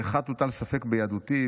באחד הוטל ספק ביהדותי,